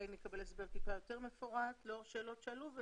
נקבל הסבר אולי יותר מפורט לאור השאלות שעלו.